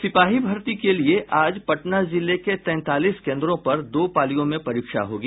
सिपाही भर्ती के लिए आज पटना जिले के तैंतालीस केन्द्रों पर दो पालियों में परीक्षा होगी